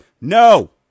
no